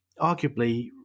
arguably